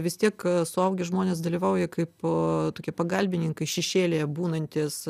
vis tiek suaugę žmonės dalyvauja kaip tokie pagalbininkai šešėlyje būnantys